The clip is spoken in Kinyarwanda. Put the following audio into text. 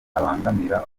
abangamira